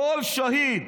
כל שהיד.